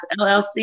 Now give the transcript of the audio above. LLC